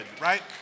right